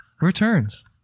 returns